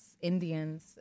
Indians